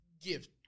gift